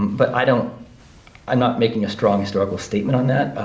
but i don't i'm not making a strong historical statement on that.